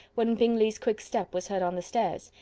when bingley's quick step was heard on the stairs,